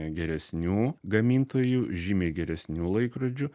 geresnių gamintojų žymiai geresnių laikrodžių